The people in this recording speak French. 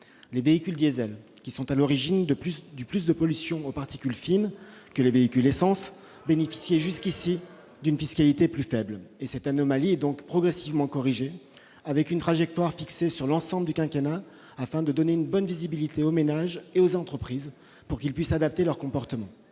Les véhicules diesel, qui sont à l'origine de plus de pollution aux particules fines que les véhicules essence, bénéficiaient jusqu'ici d'une fiscalité plus faible. Cette anomalie est donc progressivement corrigée avec une trajectoire fixée sur l'ensemble du quinquennat, afin de donner une bonne visibilité aux ménages et aux entreprises pour qu'ils puissent adapter leur comportement.